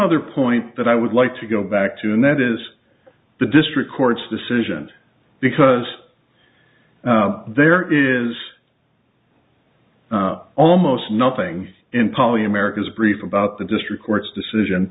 other point that i would like to go back to and that is the district court's decision because there is almost nothing in polly america's brief about the district court's decision